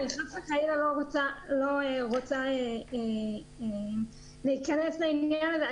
אני חס וחלילה לא רוצה להיכנס לעניינים האלה.